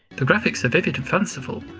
the graphics are vivid and fanciful.